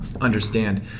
understand